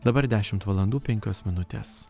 dabar dešimt valandų penkios minutės